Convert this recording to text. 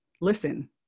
listen